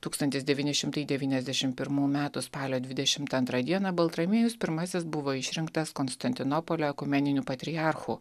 tūkstantis devyni šimtai devyniasdešimt pirmų metų spalio dvidešimt antrą dieną baltramiejus pirmasis buvo išrinktas konstantinopolio ekumeniniu patriarchu